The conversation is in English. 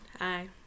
hi